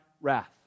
wrath